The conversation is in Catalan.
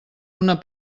una